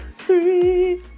three